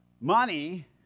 money